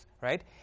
right